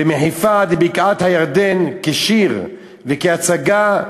ומחיפה עד בקעת-הירדן, כשיר וכהצגה,